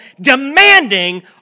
demanding